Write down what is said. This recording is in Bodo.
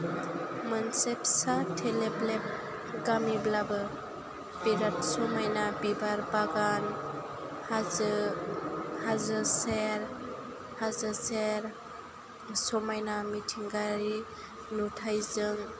मोनसे फिसा थेलेबलेब गामिब्लाबो बिराद समायना बिबार बागान हाजो हाजो सेर समायना मिथिंगायारि नुथायजों